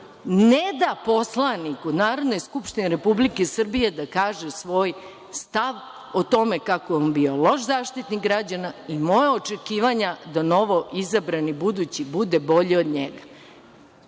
ne da poslaniku Narodne skupštine Republike Srbije da kaže svoj stav o tome, kako je on bio loš Zaštitnik građana i moja očekivanja da novoizabrani budući bude bolji od njega. Uzmite